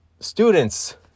Students